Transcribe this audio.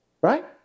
right